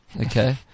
okay